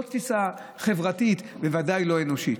לא תפיסה חברתית, בוודאי לא אנושית.